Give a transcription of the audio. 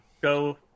go